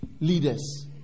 leaders